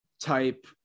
Type